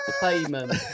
payment